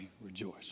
rejoice